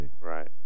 Right